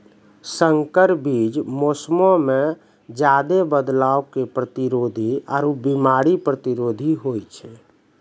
संकर बीज मौसमो मे ज्यादे बदलाव के प्रतिरोधी आरु बिमारी प्रतिरोधी होय छै